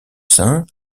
saint